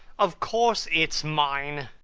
of course it's mine.